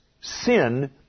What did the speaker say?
sin